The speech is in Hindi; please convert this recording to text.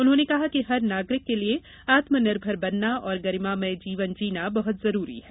उन्होंने कहा कि हर नागरिक के लिये आत्मनिर्भर बनना और गरिमामय जीवन जीना बहुत जरूरी है